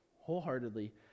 wholeheartedly